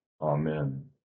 Amen